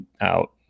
out